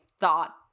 thought